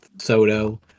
soto